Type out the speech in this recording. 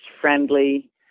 friendly